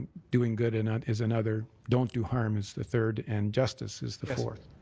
doing good and ah is another. don't do harm is the third, and justice is the fourth.